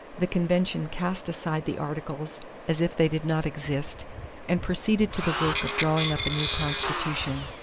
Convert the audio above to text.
the convention cast aside the articles as if they did not exist and proceeded to the work of drawing up a new constitution,